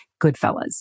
Goodfellas